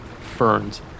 ferns